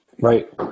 right